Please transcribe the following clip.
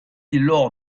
l’or